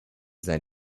sein